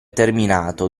terminato